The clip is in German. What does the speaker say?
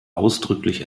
ausdrücklich